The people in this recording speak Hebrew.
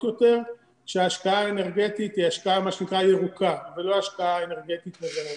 יותר כשההשקעה האנרגטית היא השקעה ירוקה ולא השקעה אנרגטית מזהמת.